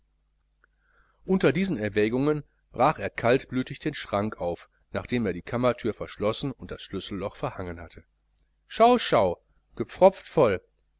unter diesen erwägungen brach er kaltblütig den schrank auf nachdem er die kammerthür verschlossen und das schlüsselloch verhangen hatte schau schau gepfropft voll